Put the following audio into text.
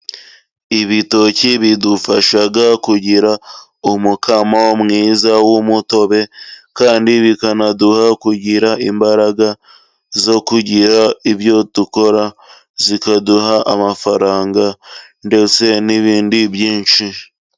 Ibitoki bidufasha kugira umukamo mwiza w'umutobe kandi bikanaduha kugira imbaraga zo kugira ibyo dukora, bikaduha amafaranga ndetse n'ibindi byinshi.